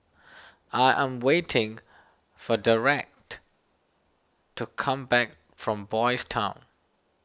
I am waiting for Derek to come back from Boys' Town